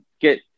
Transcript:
get